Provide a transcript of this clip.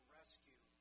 rescue